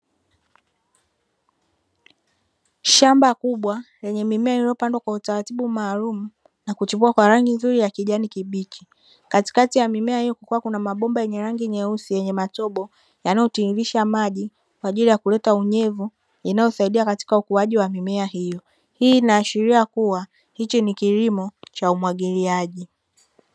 Shamba kubwa lenye mimea iliyopandwa kwa utaratibu maalumu na kuchipua kwa rangi nzuri ya kijani kibichi katikati ya mimea hiyo kukiwa kuna mabomba yenye rangi nyeusi yenye matobo yanayotiririsha maji kwa ajili ya kuleta unyevu inayosaidia katika ukuaji wa mimea hiyo hii inaashiria kuwa hicho ni kilimo